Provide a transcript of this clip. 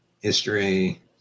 history